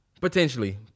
potentially